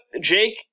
Jake